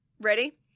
Ready